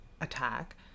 attack